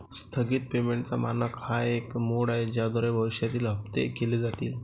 स्थगित पेमेंटचा मानक हा एक मोड आहे ज्याद्वारे भविष्यातील हप्ते केले जातील